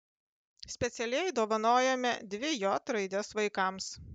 specialiai dovanojome dvi j raides vaikams